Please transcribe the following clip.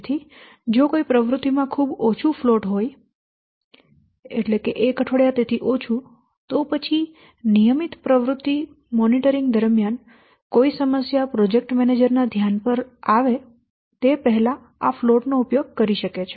તેથી જો કોઈ પ્રવૃત્તિમાં ખૂબ ઓછું ફ્લોટ હોય એક અઠવાડિયા અથવા તેથી ઓછું તો પછી નિયમિત પ્રવૃત્તિ મોનિટરિંગ દરમિયાન કોઈ સમસ્યા પ્રોજેક્ટ મેનેજર ના ધ્યાન પર લાવે તે પહેલાં આ ફ્લોટ નો ઉપયોગ કરી શકે છે